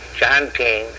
chanting